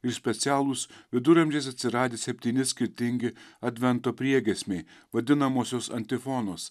ir specialūs viduramžiais atsiradę septyni skirtingi advento priegiesmiai vadinamosios antifonos